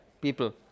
people